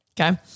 Okay